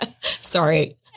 Sorry